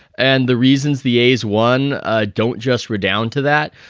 and the reasons the a's won ah don't just write down to that.